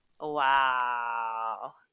wow